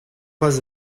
pas